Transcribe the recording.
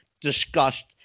discussed